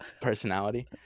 personality